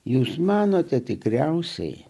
jūs manote tikriausiai